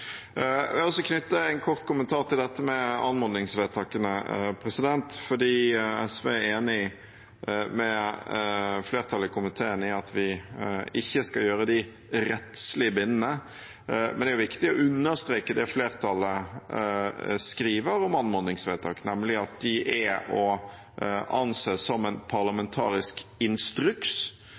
Jeg vil også knytte en kort kommentar til dette med anmodningsvedtakene. SV er enig med flertallet i komiteen i at vi ikke skal gjøre dem rettslig bindende, men det er viktig å understreke det flertallet skriver om anmodningsvedtak, nemlig at de er å anse som en parlamentarisk instruks – altså ikke, skal vi si, et høflig innspill, men en parlamentarisk instruks